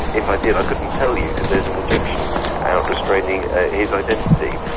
if i did i couldn't tell you because there's an injunction out restraining his identity.